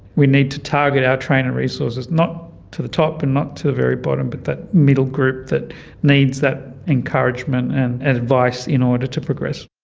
we need to target our trainer resources not to the top and not to the very bottom but that middle group that needs that encouragement and advice in order to progress.